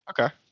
Okay